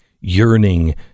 Yearning